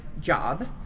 job